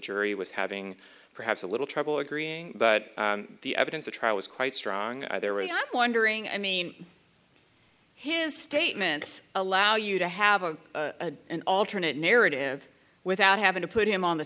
jury was having perhaps a little trouble agreeing but the evidence at trial was quite strong they were wondering i mean his statements allow you to have a a an alternate narrative without having to put him on the